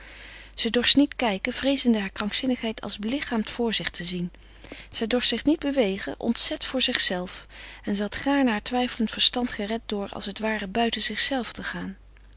ze dorst niet kijken vreezende haar krankzinnigheid als belichaamd voor zich te zien zij dorst zich niet bewegen ontzet voor zichzelve en zij had gaarne haar twijfelend verstand gered door als het het ware buiten zichzelve te gaan